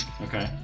Okay